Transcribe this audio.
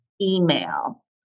email